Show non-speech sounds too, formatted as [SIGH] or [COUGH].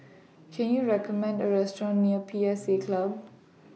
[NOISE] Can YOU recommend A Restaurant near P S A Club